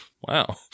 Wow